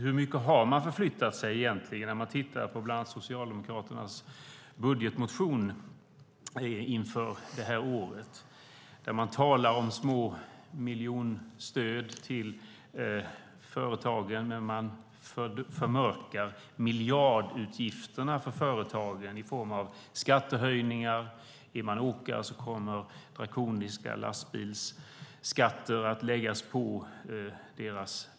Hur mycket har Socialdemokraterna egentligen förflyttat sig? I bland annat deras budgetmotion inför detta år talas det om små miljonstöd till företagen, men man mörkar miljardutgifterna för företagen i form av skattehöjningar. Drakoniska lastbilsskatter kommer att läggas på åkare.